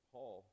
Paul